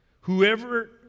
whoever